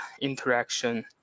interaction